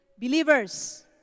believers